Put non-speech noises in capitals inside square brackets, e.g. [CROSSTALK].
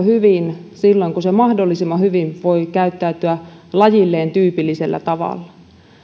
[UNINTELLIGIBLE] hyvin silloin kun se voi mahdollisimman hyvin käyttäytyä lajilleen tyypillisellä tavalla